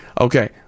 Okay